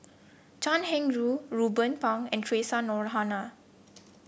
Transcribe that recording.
Chan Heng Chee Ruben Pang and Theresa Noronha